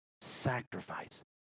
sacrifice